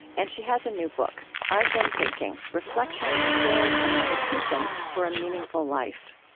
and she has a new book i've been thinking reflections, prayers, and meditations for a meaningful life